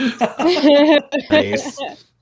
Nice